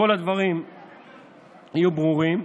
על מנת שכל הדברים יהיו ברורים,